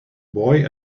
boy